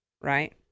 right